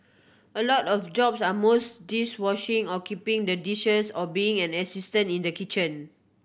a lot of jobs are mostly dish washing or keeping the dishes or being an assistant in the kitchen